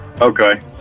Okay